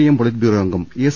M politburo അംഗം S